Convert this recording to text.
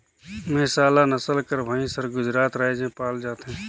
मेहसाला नसल कर भंइस हर गुजरात राएज में पाल जाथे